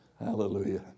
Hallelujah